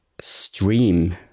stream